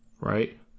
right